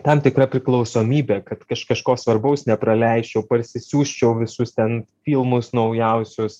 tam tikra priklausomybe kad kažko svarbaus nepraleisčiau parsisiųsčiau visus ten filmus naujausius